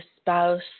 spouse